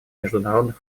международных